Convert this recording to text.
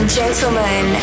gentlemen